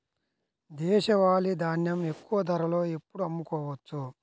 దేశవాలి ధాన్యం ఎక్కువ ధరలో ఎప్పుడు అమ్ముకోవచ్చు?